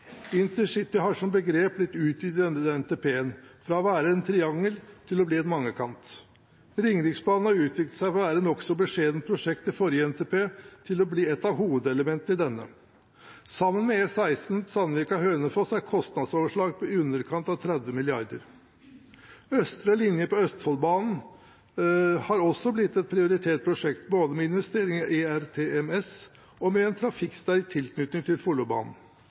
intercity har som begrep blitt utvidet i denne NTP-en, fra å være et triangel til å bli en mangekant. Ringeriksbanen har utviklet seg fra å være et nokså beskjedent prosjekt i forrige NTP til å bli et av hovedelementene i denne. Sammen med E16 Sandvika–Hønefoss er kostnadsoverslaget på i underkant av 30 mrd. kr. Østre linje på Østfoldbanen har også blitt et prioritert prosjekt, både med investering i ERTMS og med en trafikksterk tilknytning til Follobanen.